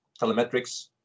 telemetrics